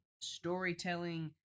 storytelling